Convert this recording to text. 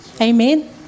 Amen